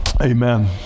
Amen